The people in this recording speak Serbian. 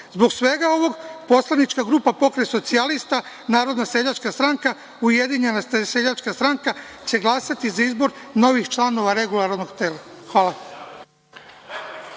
svega ovoga, Poslanička grupa Pokret socijalista – Narodna seljačka stranka – Ujedinjena seljačka stranka, će glasati za izbor novih članova Regulatornog tela. Hvala.(Zoran